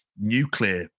nuclear